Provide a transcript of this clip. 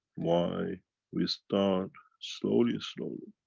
why we start slowly, slowly,